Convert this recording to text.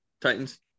Titans